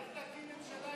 לך תקים ממשלה עם המשותפת.